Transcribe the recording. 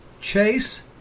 Chase